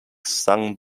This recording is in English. sung